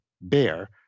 bear